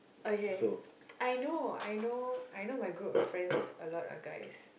okay I know I know I know my group of friends a lot of guys